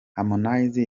harmonize